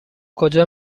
کجا